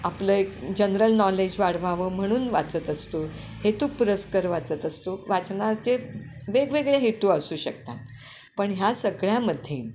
आपलं एक general knowledge वाढवावं म्हणून वाचत असतो हेतुपुरस्सर वाचत असतो वाचनाचे वेगवेगळे हेतू असू शकतात पण ह्या सगळ्यामध्ये